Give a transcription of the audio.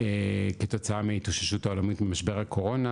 כתוצאה מההתאוששות העולמית ממשבר הקורונה,